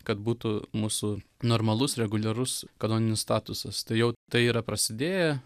kad būtų mūsų normalus reguliarus kanoninis statusas tai jau tai yra prasidėję